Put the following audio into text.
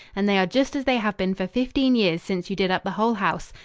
and they are just as they have been for fifteen years since you did up the whole house,